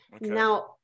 Now